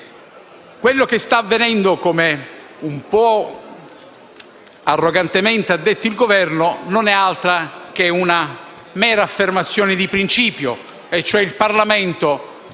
Quello che sta avvenendo, come un po' arrogantemente ha detto il Governo, non è altro che una mera affermazione di principio: il Parlamento